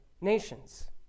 nations